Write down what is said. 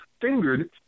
Fingered